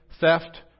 theft